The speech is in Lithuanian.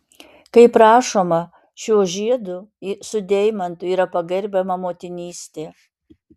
kaip rašoma šiuo žiedu su deimantu yra pagerbiama motinystė